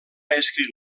escrit